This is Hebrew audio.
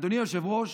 אדוני היושב-ראש,